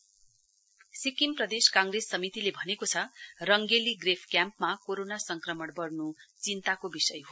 SPCC Sikkim Pradesh Congress समितिले भनेको छ रंगेली ग्रेफ क्याम्पमा कोरोना संक्रमण बढ़नु चिन्ताको विषय हो